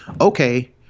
Okay